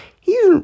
He's